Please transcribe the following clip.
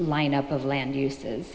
line up of land uses